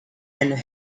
and